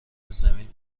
زمین